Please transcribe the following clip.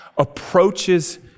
approaches